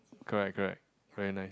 correct correct very nice